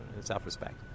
self-respect